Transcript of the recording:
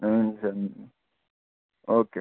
हुन्छ ओके